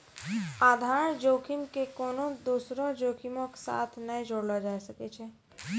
आधार जोखिम के कोनो दोसरो जोखिमो के साथ नै जोड़लो जाय सकै छै